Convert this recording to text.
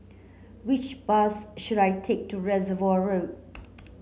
which bus should I take to Reservoir Road